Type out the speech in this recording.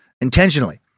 intentionally